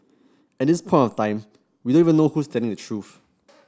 at this point of time we don't even know who's telling the truth